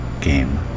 game